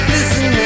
Listen